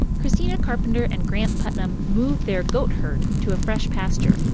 christina carpenter and grant putnam moved their goat herd to a fresh pasture.